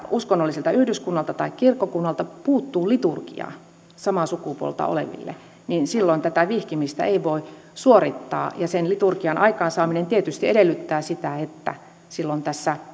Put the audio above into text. uskonnolliselta yhdyskunnalta tai kirkkokunnalta puuttuu liturgia samaa sukupuolta oleville niin silloin vihkimistä ei voi suorittaa ja sen liturgian aikaansaaminen tietysti edellyttää sitä että silloin